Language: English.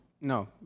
No